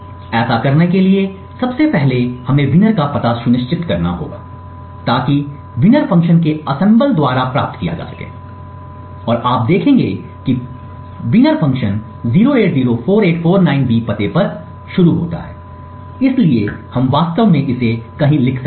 ऐसा करने के लिए सबसे पहले हमें विनर का पता सुनिश्चित करना होगा ताकि विजेता फ़ंक्शन के असेंबल द्वारा प्राप्त किया जा सके और आप देखेंगे कि विजेता फ़ंक्शन 0804849B पते पर शुरू होता है इसलिए हम वास्तव में इसे कहीं लिख सकते हैं